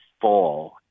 fall